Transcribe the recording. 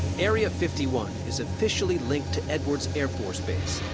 area fifty one is officially linked to edwards air force base.